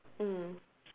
mm